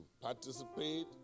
participate